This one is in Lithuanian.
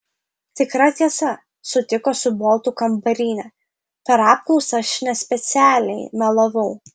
tikra tiesa sutiko su boltu kambarinė per apklausą aš nespecialiai melavau